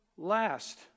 last